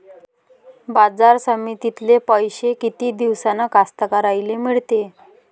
बाजार समितीतले पैशे किती दिवसानं कास्तकाराइले मिळते?